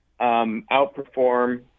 outperform